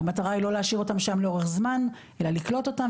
המטרה היא לא להשאיר אותם שם לאורך זמן אלא לקלוט אותם,